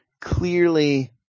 Clearly